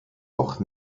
auch